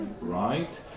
Right